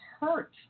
hurt